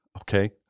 Okay